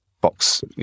box